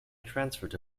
transferred